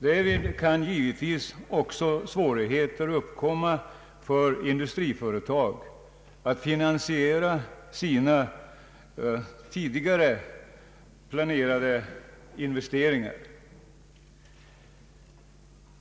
Därvid kan också svårigheter uppkomma för industriföretag att finansiera sina tidigare planerade investeringar.